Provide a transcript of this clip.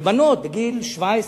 ובנות בגיל 17,